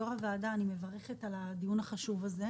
אני מברכת על הדיון החשוב הזה,